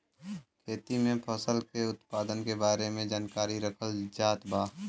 खेती में फसल के उत्पादन के बारे में जानकरी रखल जात बा